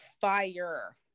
fire